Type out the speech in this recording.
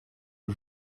aux